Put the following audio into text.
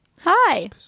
Hi